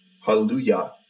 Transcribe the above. hallelujah